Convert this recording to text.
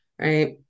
Right